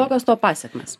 kokios to pasekmės